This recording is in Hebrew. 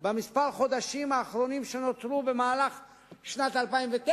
במספר החודשים האחרונים שנותרו במהלך שנת 2009,